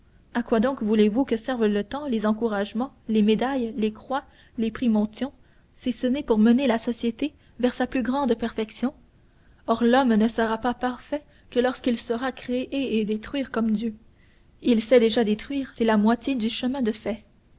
à quoi donc voulez-vous que servent le temps les encouragements les médailles les croix les prix montyon si ce n'est pour mener la société vers sa plus grande perfection or l'homme ne sera parfait que lorsqu'il saura créer et détruire comme dieu il sait déjà détruire c'est la moitié du chemin de fait